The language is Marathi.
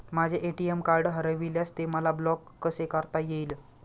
माझे ए.टी.एम कार्ड हरविल्यास ते मला ब्लॉक कसे करता येईल?